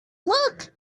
look